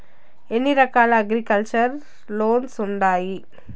ఎన్ని రకాల agriculture loans ఉండాయి